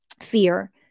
fear